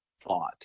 thought